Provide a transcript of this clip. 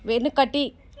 వెనకటి